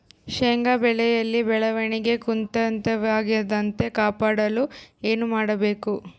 ಶೇಂಗಾ ಬೆಳೆಯಲ್ಲಿ ಬೆಳವಣಿಗೆ ಕುಂಠಿತವಾಗದಂತೆ ಕಾಪಾಡಲು ಏನು ಮಾಡಬೇಕು?